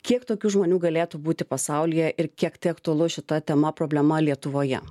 kiek tokių žmonių galėtų būti pasaulyje ir kiek tai aktualu šita tema problema lietuvoje